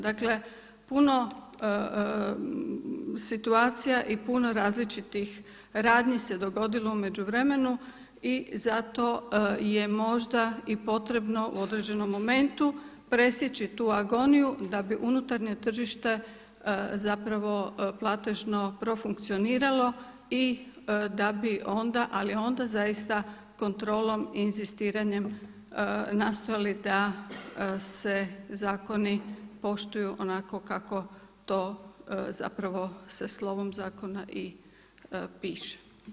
Dakle puno situacija i puno različitih radnji se dogodilo u međuvremenu i zato je možda i potrebno u određenom momentu presjeći tu agoniju da bi unutarnja tržišta zapravo platežno profunkcioniralo i da bi onda, ali onda zaista kontrolom i inzistiranjem nastojali da se zakoni poštuju onako kako to zapravo se slovom zakona i piše.